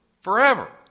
Forever